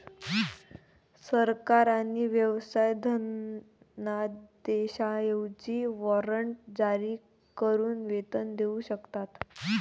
सरकार आणि व्यवसाय धनादेशांऐवजी वॉरंट जारी करून वेतन देऊ शकतात